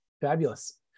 Fabulous